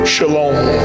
Shalom